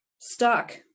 stuck